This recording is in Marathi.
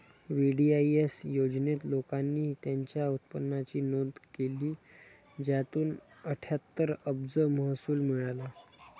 वी.डी.आई.एस योजनेत, लोकांनी त्यांच्या उत्पन्नाची नोंद केली, ज्यातून अठ्ठ्याहत्तर अब्ज महसूल मिळाला